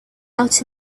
out